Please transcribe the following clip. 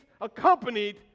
accompanied